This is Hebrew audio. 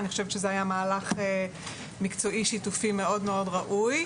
אני חושבת שזה היה מהלך מקצועי שיתופי מאוד מאוד ראוי.